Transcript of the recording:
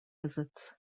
visits